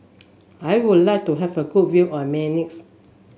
I would like to have a good view of Minsk